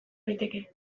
liteke